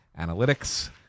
analytics